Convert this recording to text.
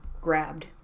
grabbed